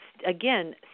again